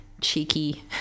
cheeky